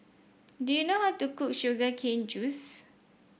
do you know how to cook Sugar Cane Juice